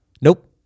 Nope